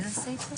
איזה סעיף זה?